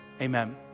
amen